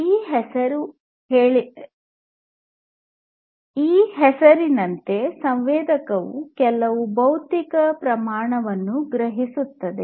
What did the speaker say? ಈ ಹೆಸರಿನಂತೆ ಸಂವೇದಕವು ಕೆಲವು ಭೌತಿಕ ಪ್ರಮಾಣವನ್ನು ಗ್ರಹಿಸುತ್ತದೆ